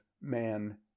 man